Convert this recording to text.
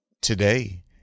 today